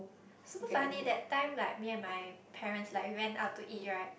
super funny that time like me and my parents like we went out to eat right